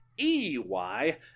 E-Y